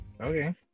Okay